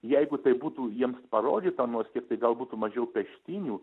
jeigu tai būtų jiems parodyta nors kiek tai gal būtų mažiau peštynių